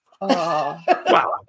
Wow